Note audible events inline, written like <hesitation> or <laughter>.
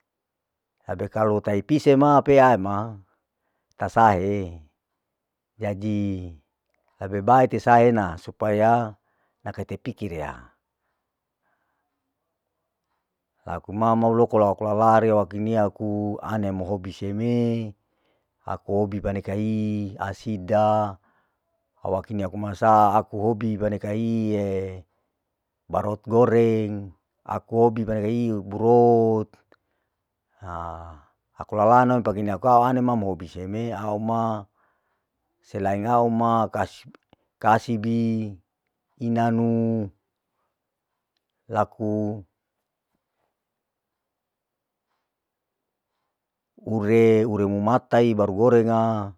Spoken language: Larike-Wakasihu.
Tapi kalau tahi pise ma pea ema tasaee, jadi lebe bae tesaena supaya nakae tapikir yea, aku umama uloko <unintelligible> uaku lala rikinia aku ana mehobi seme, aku hobi paneke hi asida hoakini aku masa, aku hobi kaneke ai <hesitation> barot, aki hobi paneke ai brot, haah aku lala na mipake ine au ana ma mehobi seme au ma, selain au ma kas, kasbi inanu laku ure, ure umattai baru gorenga.